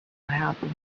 happen